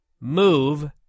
move